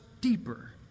deeper